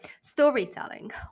storytelling